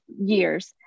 years